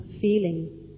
feeling